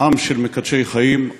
עם של מקדשי חיים,